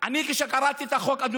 אני אחכה.